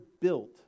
built